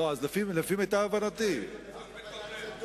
לא, אז לפי מיטב הבנתי, רק בתום לב.